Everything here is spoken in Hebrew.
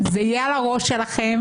זה יהיה על הראש שלכם,